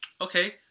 okay